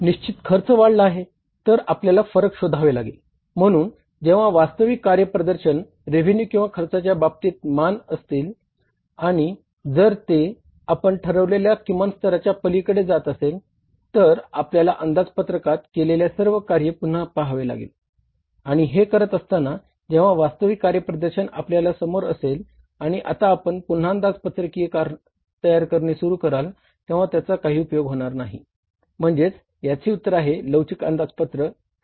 निशचित खर्च वाढला आहे तर आपल्याला फरक शोधावे लागेल म्हणून जेंव्हा वास्तविक कार्यप्रदर्शन रेव्हेन्यू